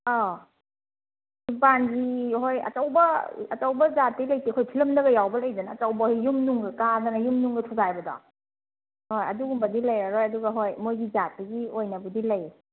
ꯑꯥ